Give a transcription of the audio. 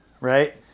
right